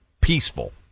peaceful